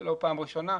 זה לא פעם ראשונה,